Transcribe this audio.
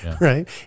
Right